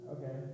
Okay